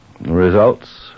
Results